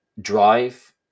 drive